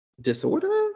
disorder